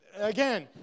again